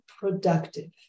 productive